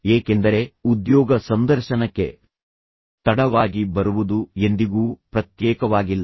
ಏಕೆಂದರೆ ಉದ್ಯೋಗ ಸಂದರ್ಶನಕ್ಕೆ ತಡವಾಗಿ ಬರುವುದು ಎಂದಿಗೂ ಪ್ರತ್ಯೇಕವಾಗಿಲ್ಲ